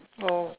oh